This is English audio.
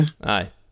aye